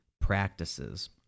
practices